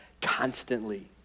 constantly